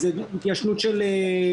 אם זה התיישנות של שנים,